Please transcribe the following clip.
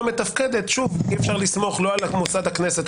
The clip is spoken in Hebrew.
מתפקדת אי אפשר לסמוך לא על מוסד הכנסת,